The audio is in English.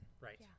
Right